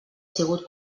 sigut